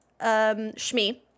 Shmi